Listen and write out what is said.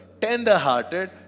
tender-hearted